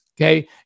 okay